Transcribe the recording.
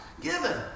given